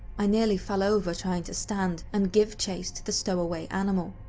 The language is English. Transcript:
i nearly fell over trying to stand, and give chase to the stowaway animal,